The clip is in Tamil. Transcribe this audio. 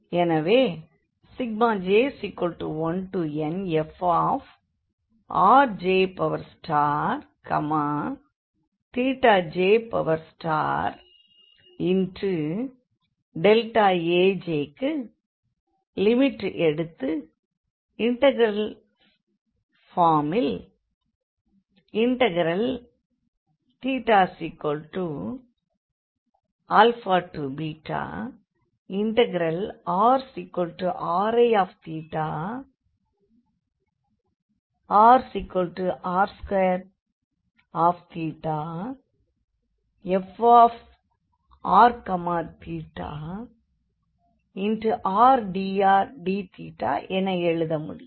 எனவே j1nfrjj Ajக்கு லிமிட் எடுத்து இண்டெக்ரல் பார்மில் θαrr1rr2frθrdrdθஎன எழுத முடியும்